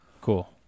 Cool